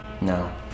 No